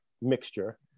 mixture